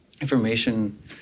information